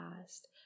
past